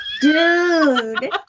Dude